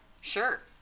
Sure